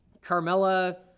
Carmella